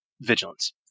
vigilance